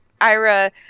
Ira